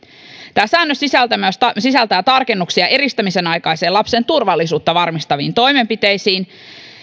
tämä säännös sisältää tarkennuksia eristämisen aikaisiin lapsen turvallisuutta varmistaviin toimenpiteisiin